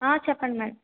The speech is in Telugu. చెప్పండి మేడం